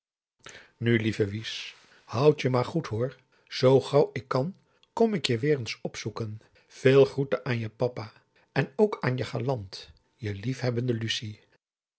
nu lieve wies houd je maar goed hoor zoo gauw ik kan kom ik je weer eens opzoeken veel groeten aan je papa en ook aan je galant je liefhebbende lucie